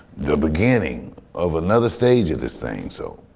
the beginning of another stage of this thing. so